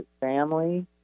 family